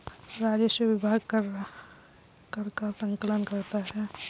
राजस्व विभाग कर का संकलन करता है